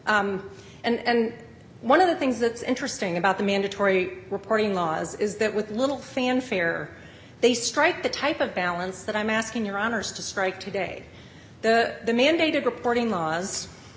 laws and one of the things that's interesting about the mandatory reporting laws is that with little fanfare they strike the type of balance that i'm asking your honour's to strike today the mandated reporting laws